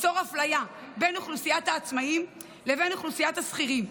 ניצור אפליה בין אוכלוסיית העצמאים לבין אוכלוסיית השכירים,